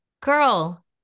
girl